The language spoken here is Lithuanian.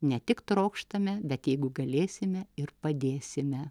ne tik trokštame bet jeigu galėsime ir padėsime